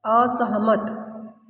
असहमत